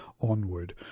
onward